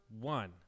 one